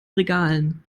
regalen